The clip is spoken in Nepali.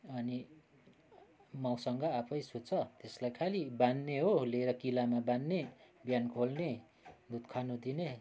अनि माउसँग आफै सुत्छ त्यसलाई खाली बाँध्ने हो लिएर किलामा बाँध्ने बिहान खोल्ने दुध खानु दिने